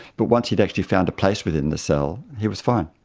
but once he'd actually found a place within the cell he was fine.